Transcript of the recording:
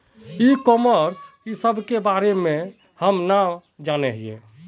ई commerce इस सब के बारे हम सब ना जाने हीये?